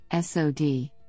SOD